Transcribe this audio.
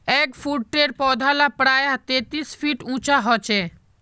एगफ्रूटेर पौधा ला प्रायः तेतीस फीट उंचा होचे